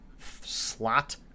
slot